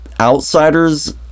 outsiders